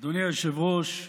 אדוני היושב-ראש,